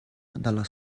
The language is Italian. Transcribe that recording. dalla